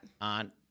on